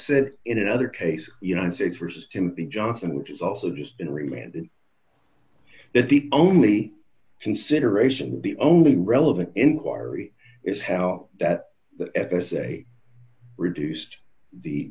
said in another case united states versus timothy johnson which is also just in remand in that the only consideration the only relevant inquiry is hell that the f s a reduced the